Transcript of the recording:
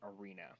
arena